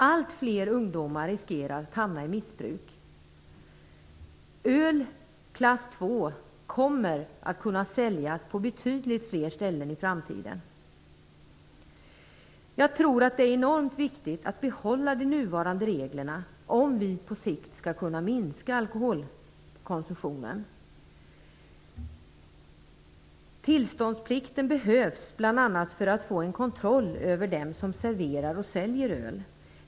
Allt fler ungdomar riskerar att hamna i missbruk. Öl klass II kommer att kunna säljas på betydligt fler ställen i framtiden. Jag tror att det är enormt viktigt att behålla de nuvarande reglerna om vi på sikt skall kunna minska alkoholkonsumtionen. Tillståndsplikten behövs bl.a. för att få en kontroll över dem som serverar och säljer öl.